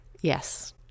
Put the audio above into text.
Yes